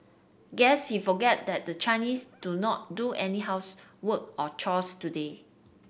guess he forgot that the Chinese do not do any housework or chores today